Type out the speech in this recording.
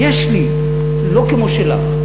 יש לי, לא כמו שלך.